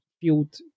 field